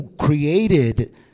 created